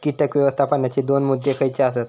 कीटक व्यवस्थापनाचे दोन मुद्दे खयचे आसत?